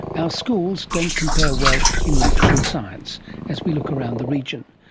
our schools don't compare well in maths and science as we look around the region.